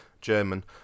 German